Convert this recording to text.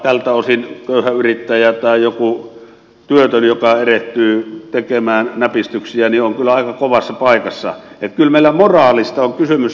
tältä osin köyhä yrittäjä tai joku työtön joka erehtyy tekemään näpistyksiä on kyllä aika kovassa paikassa niin että kyllä meillä moraalista on kysymys